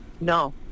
no